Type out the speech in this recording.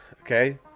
Okay